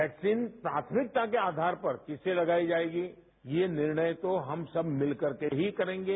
vaccine प्राथमिकता के आधार पर किसे लगाई जाएगी ये निर्णय तो हम सब मिलकर के ही करेंगे